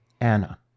Anna